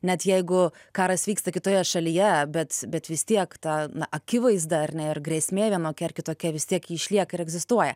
net jeigu karas vyksta kitoje šalyje bet bet vis tiek tą akivaizda ar ne ir grėsmė vienokia ar kitokia vis tiek ji išlieka ir egzistuoja